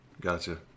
Gotcha